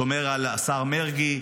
שומר על השר מרגי,